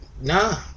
Nah